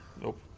Nope